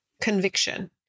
conviction